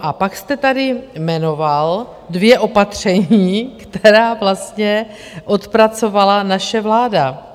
A pak jste tady jmenoval dvě opatření, která vlastně odpracovala naše vláda.